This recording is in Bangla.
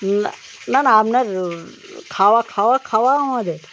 না না না আপনার খাওয়া খাওয়া খাওয়া আমাদের